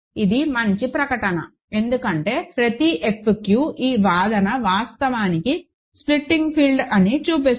ఇది మంచి ప్రకటన ఎందుకంటే ప్రతి F q ఈ వాదన వాస్తవానికి స్ప్లిటింగ్ ఫీల్డ్ అని చూపిస్తుంది